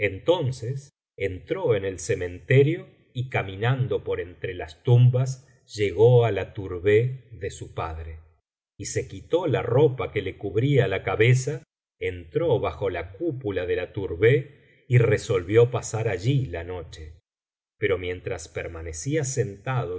entonces entró en el cementerio y caminando por entre las tumbas llegó á la tourbeh de su padre y se quitó la ropa que le cubría la cabeza entró bajo la ciipula de la turbeh y resolvió pasar allí la noche pero mientras permanecía sentado